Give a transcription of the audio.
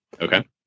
Okay